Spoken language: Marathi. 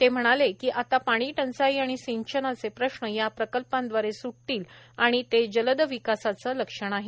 ते म्हणाले की आता पाणी टंचाई आणि सिंचनाचे प्रश्न या प्रकल्पांदवारे सुटतील आणि ते जलद विकासाचे लक्षण आहे